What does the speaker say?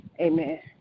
Amen